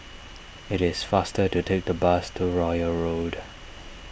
it is faster to take the bus to Royal Road